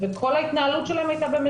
וכימתם אותה, אני